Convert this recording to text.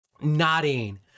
nodding